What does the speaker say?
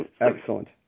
Excellent